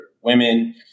women